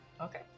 Okay